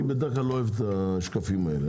אני בדרך כלל לא אוהב את השקפים האלה.